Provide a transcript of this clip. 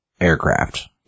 aircraft